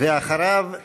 אחריו,